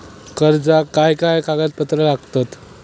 कर्जाक काय काय कागदपत्रा लागतत?